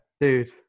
dude